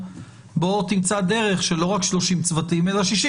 אבל הגענו עד כדי 230,000